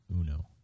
uno